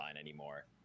anymore